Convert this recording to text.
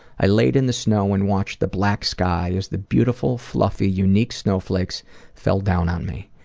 i laid in the snow and watched the black sky as the beautiful, fluffy, unique snowflakes fell down on me.